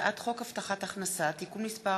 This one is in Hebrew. הצעת חוק הבטחת הכנסה (תיקון מס'